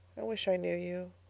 i wish i knew you.